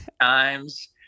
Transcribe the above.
times